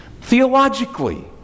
theologically